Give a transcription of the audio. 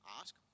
ask